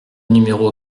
numéro